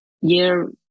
year